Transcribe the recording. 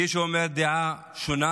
מי שאומר דעה שונה